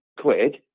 quid